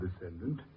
descendant